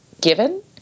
given